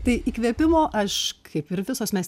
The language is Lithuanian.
tai įkvėpimo aš kaip ir visos mes